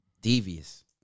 Devious